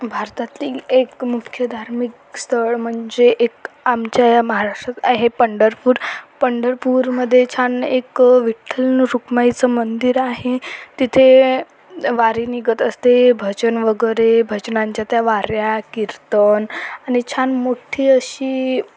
भारतातील एक मुख्य धार्मिक स्थळ म्हणजे एक आमच्या या महाराष्ट्रात आहे पंढरपूर पंढरपूरमध्ये छान एक विठ्ठल आणि रूकमाईचं मंदिर आहे तिथे वारी निघत असते भजन वगैरे भजनांच्या त्या वाऱ्या कीर्तन आणि छान मोठी अशी